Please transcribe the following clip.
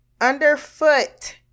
underfoot